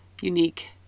unique